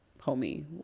homie